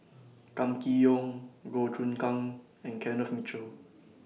Kam Kee Yong Goh Choon Kang and Kenneth Mitchell